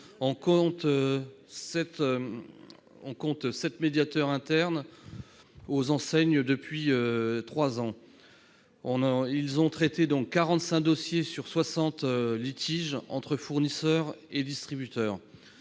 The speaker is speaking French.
ans, 7 médiateurs internes aux enseignes. Ils ont traité 45 dossiers sur 60 litiges entre fournisseurs et distributeurs.